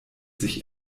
sich